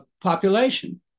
population